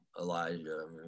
Elijah